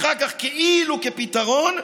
אחר כך, כאילו כפתרון,